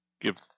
give